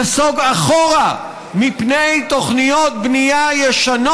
חוק החופים שאנחנו חוקקנו בכנסת נסוג אחורה מפני תוכניות בנייה ישנות,